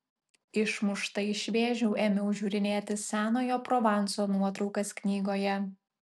išmušta iš vėžių ėmiau žiūrinėti senojo provanso nuotraukas knygoje